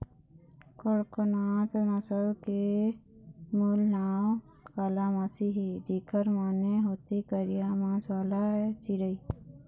कड़कनाथ नसल के मूल नांव कालामासी हे, जेखर माने होथे करिया मांस वाला चिरई